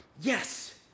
Yes